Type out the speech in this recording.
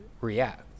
react